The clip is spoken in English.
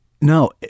No